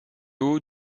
haut